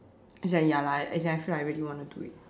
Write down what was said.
as in like ya lah as in I really want to do it